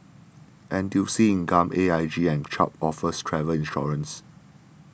N T U C Income A I G and Chubb offers travel insurance